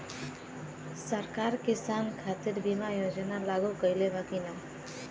सरकार किसान खातिर बीमा योजना लागू कईले बा की ना?